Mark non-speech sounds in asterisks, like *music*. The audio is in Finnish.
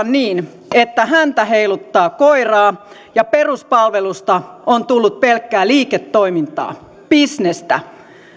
*unintelligible* niin että häntä heiluttaa koiraa ja peruspalvelusta on tullut pelkkää liiketoimintaa bisnestä